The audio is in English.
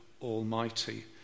Almighty